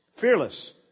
fearless